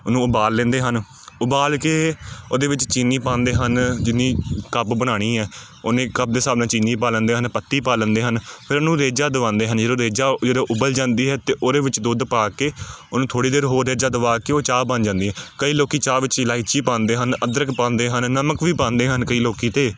ਉਹਨੂੰ ਉਬਾਲ ਲੈਂਦੇ ਹਨ ਉਬਾਲ ਕੇ ਉਹਦੇ ਵਿੱਚ ਚੀਨੀ ਪਾਉਂਦੇ ਹਨ ਜਿੰਨੀ ਕੱਪ ਬਣਾਉਣੀ ਆ ਉੰਨੇ ਕੱਪ ਦੇ ਹਿਸਾਬ ਨਾਲ ਚੀਨੀ ਪਾ ਲੈਂਦੇ ਹਨ ਪੱਤੀ ਪਾ ਲੈਂਦੇ ਹਨ ਫਿਰ ਉਹਨੂੰ ਰੇਜਾ ਦਿਵਾਉਂਦੇ ਹਨ ਜਦੋਂ ਰੇਜਾ ਜਦੋਂ ਉਬਲ ਜਾਂਦੀ ਹੈ ਤਾਂ ਉਹਦੇ ਵਿੱਚ ਦੁੱਧ ਪਾ ਕੇ ਉਹਨੂੰ ਥੋੜ੍ਹੀ ਦੇਰ ਹੋਰ ਰੇਜਾ ਦਵਾ ਕੇ ਉਹ ਚਾਹ ਬਣ ਜਾਂਦੀ ਹੈ ਕਈ ਲੋਕ ਚਾਹ ਵਿੱਚ ਇਲਾਇਚੀ ਪਾਉਂਦੇ ਹਨ ਅਦਰਕ ਪਾਉਂਦੇ ਹਨ ਨਮਕ ਵੀ ਪਾਉਂਦੇ ਹਨ ਕਈ ਲੋਕ ਤਾਂ